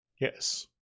Yes